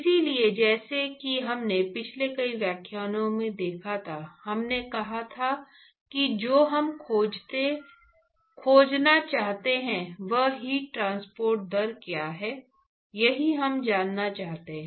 इसलिए जैसा कि हमने पिछले कई व्याख्यानों में देखा था हमने कहा था कि जो हम खोजना चाहते हैं वह हीट ट्रांसपोर्ट दर क्या है यही हम जानना चाहते हैं